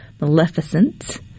Maleficent